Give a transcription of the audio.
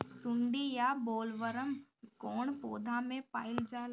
सुंडी या बॉलवर्म कौन पौधा में पाइल जाला?